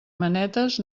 manetes